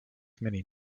many